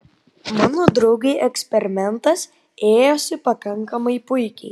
mano draugei eksperimentas ėjosi pakankamai puikiai